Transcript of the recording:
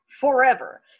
forever